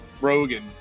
Rogan